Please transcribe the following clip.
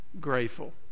grateful